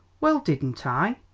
well, didn't i?